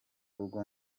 rugo